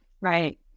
Right